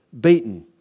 beaten